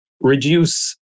reduce